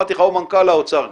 או מנכ"ל האוצר,